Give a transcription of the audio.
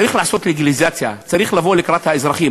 צריך לעשות לגליזציה, צריך לבוא לקראת האזרחים.